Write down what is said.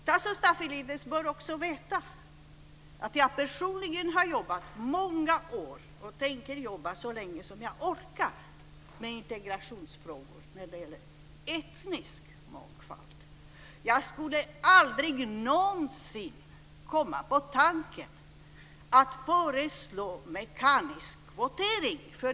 Tasso Stafilidis bör också veta att jag personligen har jobbat många år, och tänker jobba så länge som jag orkar, med integrationsfrågor när det gäller etnisk mångfald. Jag skulle aldrig någonsin komma på tanken att föreslå mekanisk kvotering.